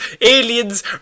aliens